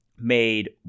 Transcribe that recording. made